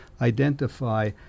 identify